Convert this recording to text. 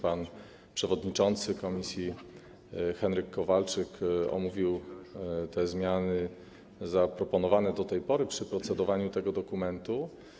Pan przewodniczący komisji Henryk Kowalczyk omówił zmiany zaproponowane do tej pory podczas procedowania nad tym dokumentem.